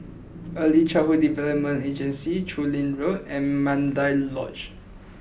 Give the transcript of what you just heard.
Early Childhood Development Agency Chu Lin Road and Mandai Lodge